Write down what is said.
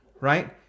right